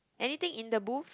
anything in the booth